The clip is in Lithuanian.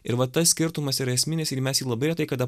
ir va tas skirtumas yra esminis ir mes jį labai retai kada